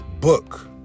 book